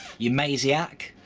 you maze-iac.